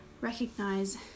recognize